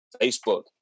Facebook